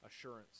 Assurance